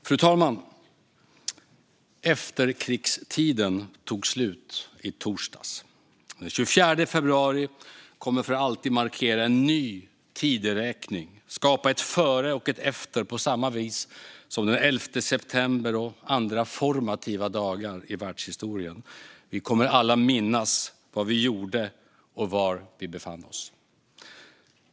Fru talman! Efterkrigstiden tog slut i torsdags. Den 24 februari kommer för alltid att markera en ny tideräkning och skapa ett före och ett efter på samma vis som den 11 september och andra formativa dagar i världshistorien har gjort. Vi kommer alla att minnas vad vi gjorde och var vi befann oss.